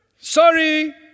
Sorry